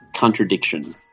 Contradiction